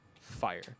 Fire